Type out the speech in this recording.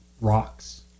rocks